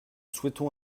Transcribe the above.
souhaitons